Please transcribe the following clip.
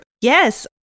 Yes